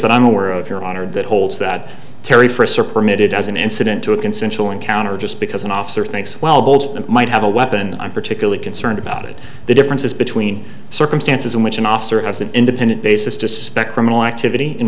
that i'm aware of your honor that holds that terry for a supreme it it doesn't incident to a consensual encounter just because an officer thinks well bolt might have a weapon i'm particularly concerned about it the differences between circumstances in which an officer has an independent basis to suspect criminal activity in